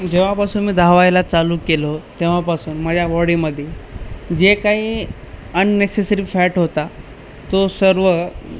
जेव्हापासून मी धावायला चालू केलो तेव्हापासून माझ्या बॉडी मध्ये जे काही अननेसेसरी फॅट होता तो सर्व